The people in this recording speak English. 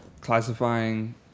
classifying